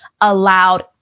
allowed